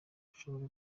mushobora